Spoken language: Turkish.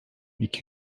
iki